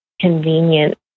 convenient